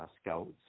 scouts